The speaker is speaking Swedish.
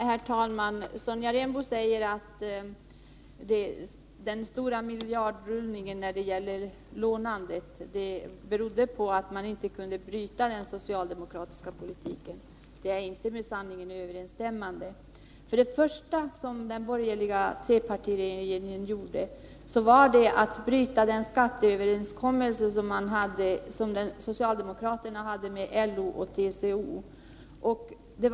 Herr talman! Sonja Rembo säger att den stora miljardrullningen när det gäller lånandet berodde på att man inte kunde bryta den socialdemokratiska politiken. Detta är inte med sanningen överensstämmande. Det första som den borgerliga trepartiregeringen gjorde var att bryta den skatteöverenskommelse som socialdemokraterna hade träffat med LO och TCO.